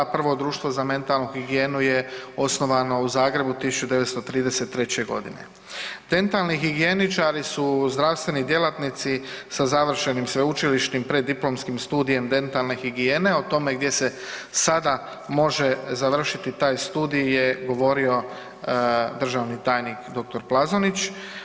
Prvo društvo za mentalnu higijenu je osnovano u Zagrebu 1933.g. Dentalni higijeničari su zdravstveni djelatnici sa završenim sveučilišnim preddiplomskim studijem dentalne higijene o tome gdje se sada može završiti taj studij je govorio državni tajnik dr. Plazonić.